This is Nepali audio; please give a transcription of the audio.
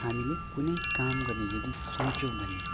हामीले कुनै काम गर्ने यदि सोच्यौँ भने